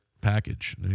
package